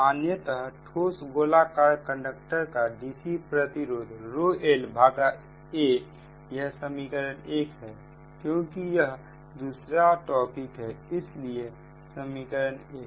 सामान्यतः ठोस गोलाकार कंडक्टर का dc प्रतिरोध la यह समीकरण 1 है क्योंकि यह दूसरा टॉपिक है इसलिए समीकरण एक